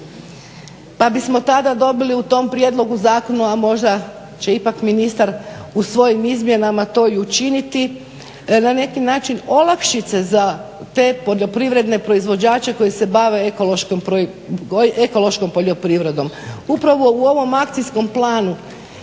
pa bismo tada dobili u tom prijedlogu zakona, možda će ipak ministar u svojim izmjenama to i učiniti, na neki način olakšice za te poljoprivredne proizvođače koji se bave ekološkom poljoprivredom. Upravo u ovom akcijskom planu